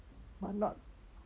but not